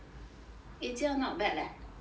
eh 这样 not bad leh